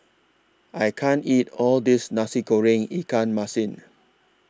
I can't eat All This Nasi Goreng Ikan Masin